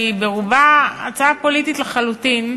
שהיא ברובה הצעה פוליטית לחלוטין,